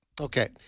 Okay